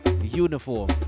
Uniform